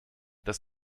das